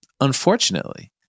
Unfortunately